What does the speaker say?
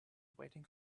waiting